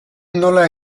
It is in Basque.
nola